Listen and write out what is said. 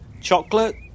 Chocolate